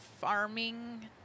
farming